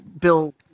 Bill